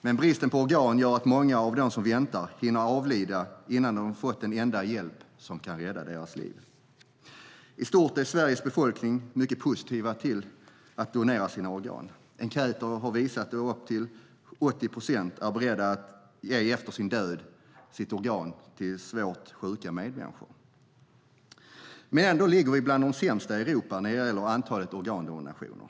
Men bristen på organ gör att många av dem som väntar hinner avlida innan de fått den enda hjälp som kan rädda deras liv. I stort är Sveriges befolkning mycket positiv till att donera sina organ. Enkäter har visat att upp till 80 procent är beredda att efter sin död ge organ till svårt sjuka medmänniskor. Men ändå ligger vi bland de sämsta i Europa när det gäller antalet organdonationer.